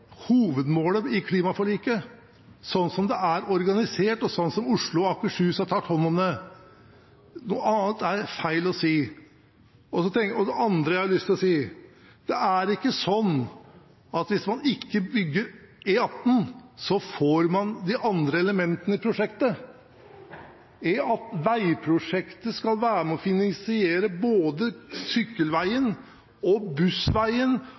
hovedmålet i klimaforliket, sånn som det er organisert, og sånn som Oslo og Akershus har tatt hånd om det. Noe annet er feil å si. Det andre jeg har lyst å si, er: Det er ikke sånn at hvis man ikke bygger E18, så får man de andre elementene i prosjektet. Veiprosjektet skal være med på å finansiere sykkelveien, bussveien, tverrveiene og